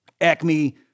Acme